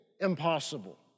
impossible